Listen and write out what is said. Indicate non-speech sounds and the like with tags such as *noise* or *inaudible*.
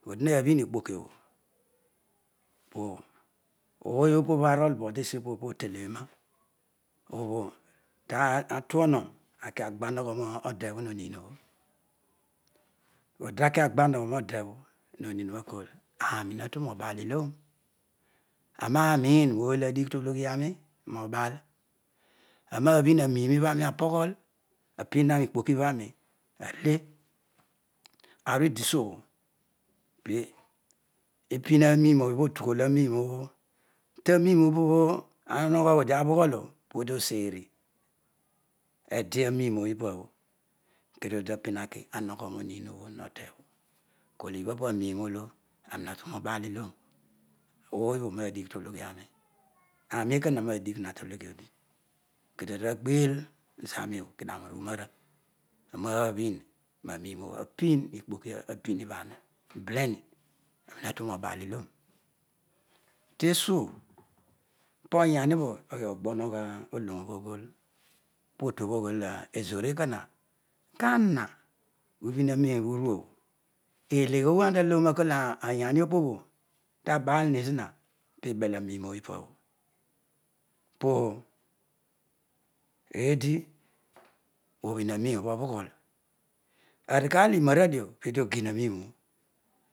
Odina bhin okpokiobho, poooy popbho arol bo tesiopobh po oteleloa *hesitation* tatwoluro akiagba otebho ho hiri obho oditaki agba arogho roodebho no him obho akorl aaro ha tuooo bal iloam aroaroii ooy olo adigh tologhian, nobal, aroa biin aroiin ibhatani apoghol abma rokpoki ibhani ale aarobho idishobho *hesitation* ibin otughol arouin obho tarolln obho ara unogho odia bhoghol obho podi osar edie ibobho ikdio zdi taki anogi roohiobhe ba e kol ibhaparoina ebho aarol ha turao ba lloro ooy obho hadigh tologh arol, anmi ekoha digh tohog edi kedio odi agbeel zan obho karokuru roara arolh bhin apin llopokiobho abin ibharu belrhi anina tu mobal iloro tesuo po oyani obho oghi ogba ohogho olop obho oyhool, potuobho oghool ezoor ekoha kana ibhin aromi obho inuobho elegh obho ana taloghoro akol oyam obopgo ta balmi ziny pibel aroinm ipabho po eedi obhhini aniin obho opoghol awukalo numadie oo peedi okii, ariim obho